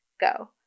go